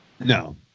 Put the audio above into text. No